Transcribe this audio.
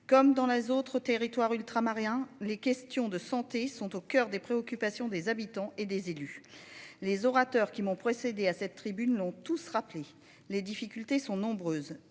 comme dans les autres territoires ultramarins. Les questions de santé sont au coeur des préoccupations des habitants et des élus. Les orateurs qui m'ont précédé à cette tribune ont tous rappeler les difficultés sont nombreuses.